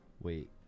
wait